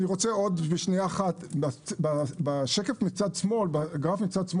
מצד שמאל בגרף שמוצג,